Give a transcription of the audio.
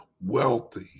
wealthy